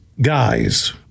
guys